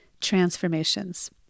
transformations